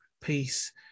peace